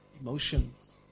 Emotions